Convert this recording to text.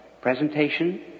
Presentation